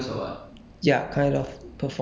oh 我是做表演的